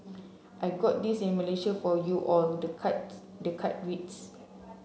I got this in Malaysia for you all the cards the card reads